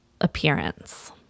appearance